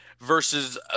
versus